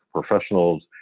professionals